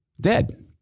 Dead